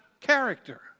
character